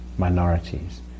minorities